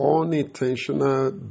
unintentional